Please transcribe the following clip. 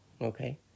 Okay